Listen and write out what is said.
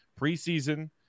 preseason